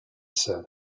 said